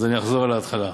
אז אני אחזור להתחלה.